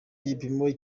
igipimo